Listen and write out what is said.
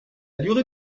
durée